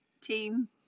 Team